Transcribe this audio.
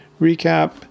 recap